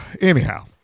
Anyhow